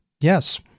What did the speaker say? Yes